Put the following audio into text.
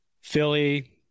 philly